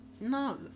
No